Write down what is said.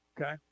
Okay